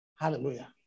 Hallelujah